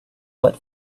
but